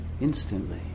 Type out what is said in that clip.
instantly